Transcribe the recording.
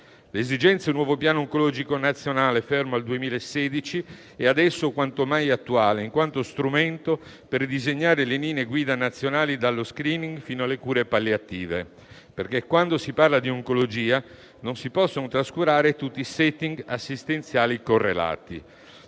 L'esigenza di un nuovo Piano oncologico nazionale, fermo al 2016, è adesso quanto mai attuale in quanto strumento per disegnare le linee guida nazionali dallo *screening* fino alle cure palliative. Quando infatti si parla di oncologia, non si possono trascurare tutti i *setting* assistenziali correlati;